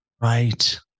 Right